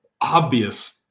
obvious